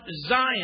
Zion